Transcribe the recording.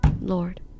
Lord